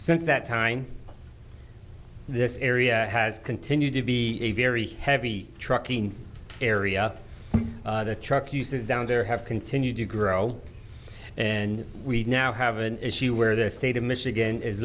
since that time this area has continued to be a very heavy trucking area the truck uses down there have continued to grow and we now have an issue where the state of michigan is